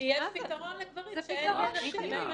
כי יש פתרון לגברים שאין לנשים.